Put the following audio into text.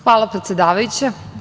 Hvala predsedavajuća.